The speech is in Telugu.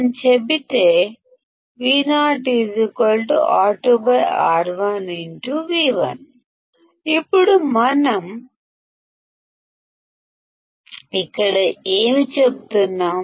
అని చెబితే ఇప్పుడు మనం ఇక్కడ ఏమి చెబుతున్నాం